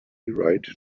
right